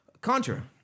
Contra